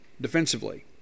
defensively